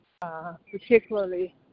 particularly